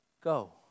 go